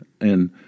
and